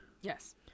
Yes